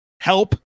help